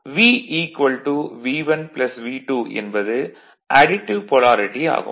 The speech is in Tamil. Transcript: V V1 V2 என்பது அடிட்டிவ் பொலாரிட்டி ஆகும்